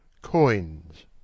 coins